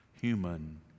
human